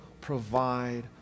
provide